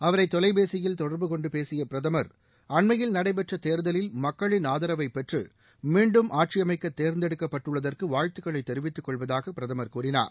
அவரை தொலைபேசியில் தொடர்பு கொண்டு பேசிய பிரதமர் அன்மையில் நடைபெற்ற தேர்தலில் மக்களின் ஆதரவை பெற்று மீண்டும் ஆட்சியமைக்க தேர்ந்தெடுக்கப்பட்டுள்ளதற்கு வாழ்த்துக்களை தெரிவித்துக் கொள்வதாக பிரதமர் கூறினார்